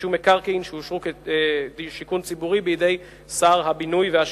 רישום מקרקעין שאושרו כשיכון ציבורי בידי שר הבינוי והשיכון.